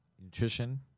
Nutrition